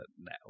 now